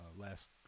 last